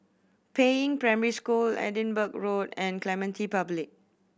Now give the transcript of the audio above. Peiying Primary School Edinburgh Road and Clementi Public